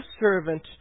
servant